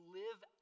live